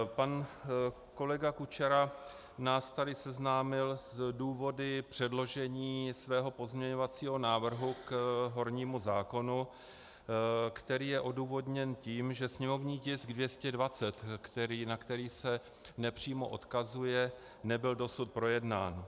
Pan kolega Kučera nás tady seznámil s důvody předložení svého pozměňovacího návrhu k hornímu zákonu, který je odůvodněn tím, že sněmovní tisk 220, na který se nepřímo odkazuje, nebyl dosud projednán.